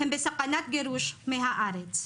הם בסכנת גירוש מהארץ.